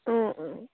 অঁ অঁ